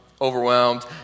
overwhelmed